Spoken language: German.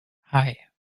hei